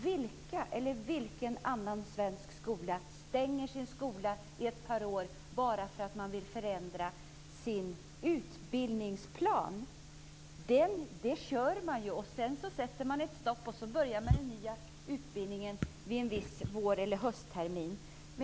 Vilken annan svensk skola stängs i ett par år bara för att man vill förändra sin utbildningsplan? Den kör man ju, och sedan sätter man ett stopp och så börjar man den nya utbildningen en viss vår eller hösttermin.